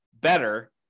better